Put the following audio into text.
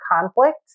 conflict